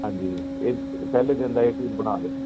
ਹਾਂਜੀ ਇਹ ਪਹਿਲੇ ਦਿਨ ਦਾ ਇਹ ਚੀਜ਼ ਬਣਾ ਲਓ